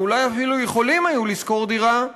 ואולי אפילו יכולים היו לשכור דירה,